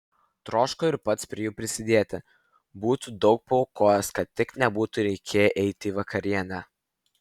troško ir pats prie jų prisidėti būtų daug paaukojęs kad tik nebūtų reikėję eiti į vakarienę